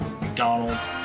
McDonald's